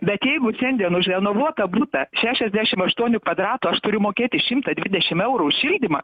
bet jeigu šiandien už renovuotą butą šešiasdešim aštuonių kvadratų aš turiu mokėti šimtą dvidešim eurų už šildymą